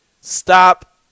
Stop